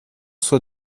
soit